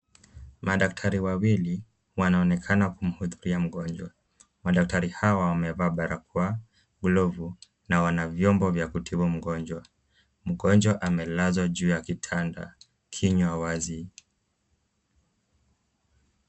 Madaktari wawili wanaonekana kumhutubia mgonjwa. Madaktari hawa wamevaa barakoa, glavu na wana vyombo vya kutibu mgonjwa. Mgonjwa amelazwa juu ya kitanda kinywa wazi.